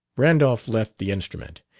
randolph left the instrument.